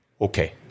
Okay